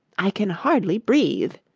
i can hardly breathe